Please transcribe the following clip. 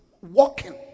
walking